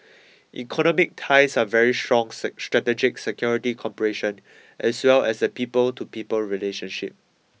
economic ties are very strong say strategic security cooperation as well as the people to people relationship